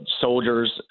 soldiers